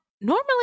normally